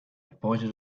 pointed